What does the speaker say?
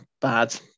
bad